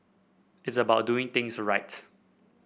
it's about doing things right